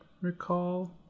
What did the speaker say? recall